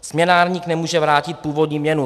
Směnárník nemůže vrátit původní měnu.